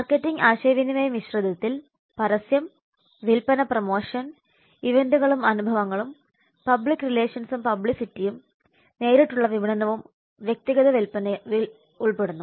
marketing ആശയവിനിമയ മിശ്രിതത്തിൽ പരസ്യം വിൽപ്പന പ്രമോഷൻ ഇവന്റുകളും അനുഭവങ്ങളും പബ്ലിക് റിലേഷൻസും പബ്ലിസിറ്റിയും നേരിട്ടുള്ള വിപണനവും വ്യക്തിഗത വിൽപ്പനയും ഉൾപ്പെടുന്നു